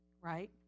right